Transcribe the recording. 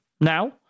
Now